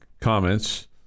comments